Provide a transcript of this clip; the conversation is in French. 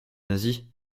nazis